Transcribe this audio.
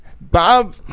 Bob